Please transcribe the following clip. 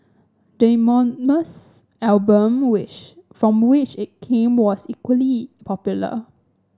the eponymous album which from which it came was equally popular